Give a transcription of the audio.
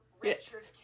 Richard